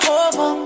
over